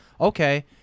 okay